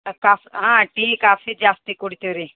ಅದು ಕಫ್ ಹಾಂ tea coffee ಜಾಸ್ತಿ ಕುಡಿತೀವಿ ರೀ